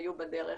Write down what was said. שהיו בדרך.